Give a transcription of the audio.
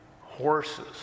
horses